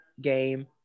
game